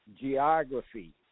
geography